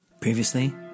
Previously